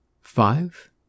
Five